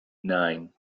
nine